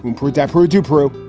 and protect. heard you prove.